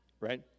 right